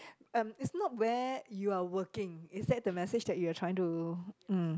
um it's not where you are working it's that the message that your trying to mm